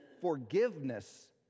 forgiveness